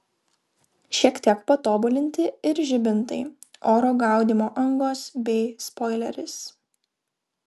šiek tiek patobulinti ir žibintai oro gaudymo angos bei spoileris